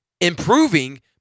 Improving